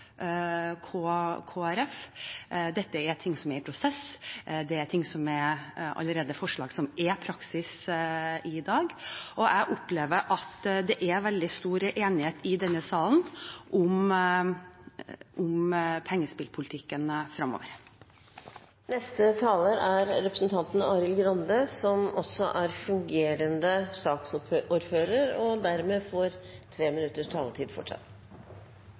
Dette er ting som er i prosess, forslag som er praksis allerede i dag. Jeg opplever at det er veldig stor enighet i denne salen om pengespillpolitikken framover. Neste taler er representanten Arild Grande, som også er fungerende saksordfører, og dermed fortsatt får 3 minutters taletid. Først til historieskriving. Ja, det er riktig at vi mente – og fortsatt